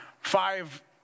five